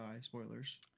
Spoilers